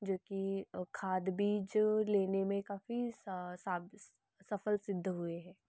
जो की खाद बीज लेने मे काफ़ी सफल सिद्ध हुए हैं